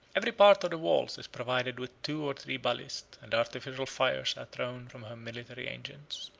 every part of the walls is provided with two or three balistae and artificial fires are thrown from her military engines.